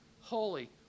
holy